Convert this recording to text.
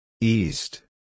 East